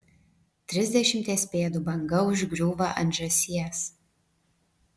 trisdešimties pėdų banga užgriūva ant žąsies